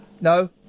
No